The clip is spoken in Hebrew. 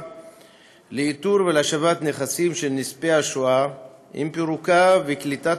לאיתור ולהשבת נכסים של נספי השואה עם פירוקה וקליטת